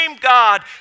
God